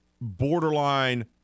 borderline